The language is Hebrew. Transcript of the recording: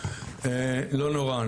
לא נורא,